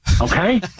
okay